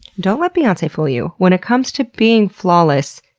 don't let beyonce fool you. when it comes to being flawless,